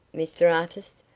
mr artis?